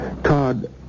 Todd